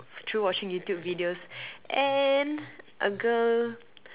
through watching YouTube videos and a girl